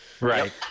Right